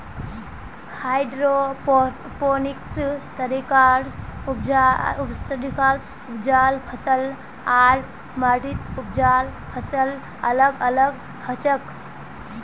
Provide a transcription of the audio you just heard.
hydroponics तरीका स उपजाल फसल आर माटीत उपजाल फसल अलग अलग हछेक